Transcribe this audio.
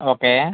okay